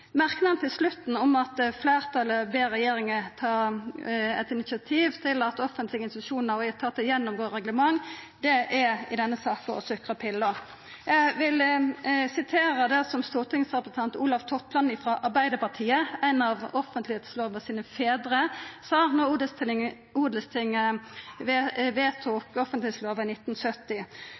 Merknaden på slutten der fleirtalet ber regjeringa ta initiativ til at offentlege institusjonar og etatar gjennomgår reglement, er i denne saka å sukre pilla. Eg vil sitera det som stortingsrepresentant Olav Totland frå Arbeidarpartiet, ein av offentleglova sine fedrar, sa då Odelstinget vedtok offentleglova i 1970: